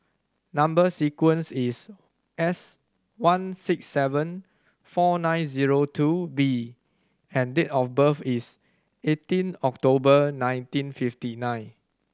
number sequence is S one six seven four nine zero two B and date of birth is eighteen October nineteen fifty nine